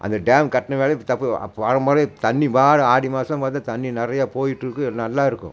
அந்த டேம் கட்டின வேலை தப்பு அப்போது தண்ணி பாடு ஆடி மாதம் பிறந்தா தண்ணி நிறையா போயிகிட்ருக்கும் நல்லா இருக்கும்